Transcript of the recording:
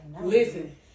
Listen